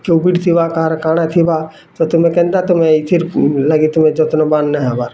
Covid ଥିବା କାହାର କାଣା ଥିବା ତ ତମେ କେନ୍ତା ତମେ ଏଥିର୍ ଲାଗି ତମେ ଯତ୍ନବାନ୍ ନାଇଁ ହେବାର୍